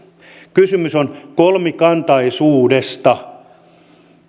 kysymys on kolmikantaisuudesta